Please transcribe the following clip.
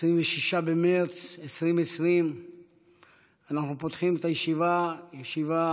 26 במרץ 2020. אנחנו פותחים את הישיבה, ישיבה